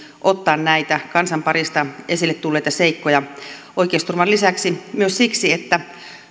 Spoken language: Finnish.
ottaa esille näitä kansan parista tulleita seikkoja paitsi oikeusturvan vuoksi myös siksi että